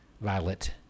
Violet